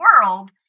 world